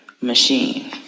machine